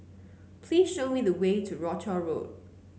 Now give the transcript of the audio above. please show me the way to Rochor Road